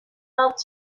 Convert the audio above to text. helped